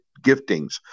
giftings